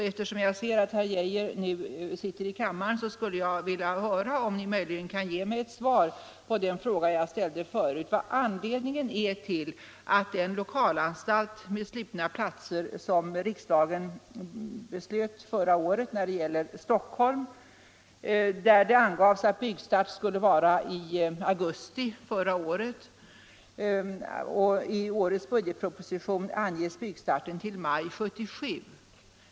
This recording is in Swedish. Eftersom jag ser att justitieministern nu befinner sig i kammaren, skulle jag vilja be om ett svar på den fråga som jag förut ställde beträffande den lokalanstalt med slutna platser som riksdagen beslöt om förra året för Stockholms del. Vilken är anledningen till att den byggstart som tidigare angivits till augusti förra året i årets budgetproposition anges till maj 1977?